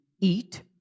eat